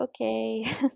Okay